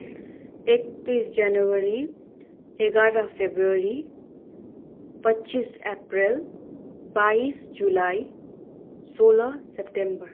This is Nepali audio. एकतिस जनवरी एघार फब्रुवरी पच्चिस एप्रिल बाइस जुलाई सोह्र सेप्टेम्बर